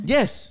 Yes